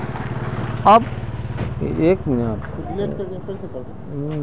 अब मोक गन्नार नया प्रकारेर बीजेर जरूरत छ